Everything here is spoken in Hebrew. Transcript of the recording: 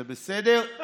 זה בסדר?